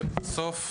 הנוער,".